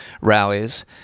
rallies